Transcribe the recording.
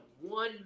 one